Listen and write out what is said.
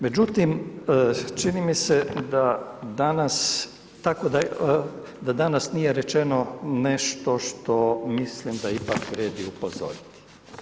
Međutim, čini mi se da danas, tako da, da danas nije rečeno nešto što mislim da ipak vrijedi upozoriti.